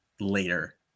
later